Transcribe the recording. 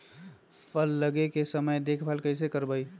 फल लगे के समय देखभाल कैसे करवाई?